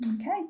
okay